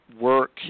work